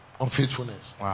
unfaithfulness